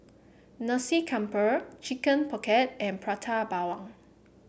Nasi Campur Chicken Pocket and Prata Bawang